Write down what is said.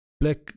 black